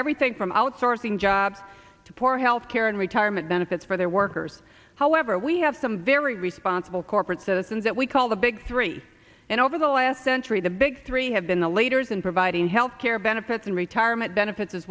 everything from outsourcing jobs to poor health care and retirement benefits for their workers however we have some very responsible corporate citizens that we call the big three and over the last century the big three have been the later is in providing health care benefits and retirement benefits as